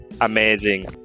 amazing